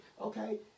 okay